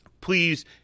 Please